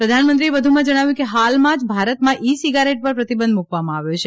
પ્રધાનમંત્રીએ વધુમાં જણાવ્યું કે હાલમાં જ ભારતમાં ઇ સિગારેટ પર પ્રતિબંધ મૂકવામાં આવ્યો છે